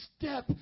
step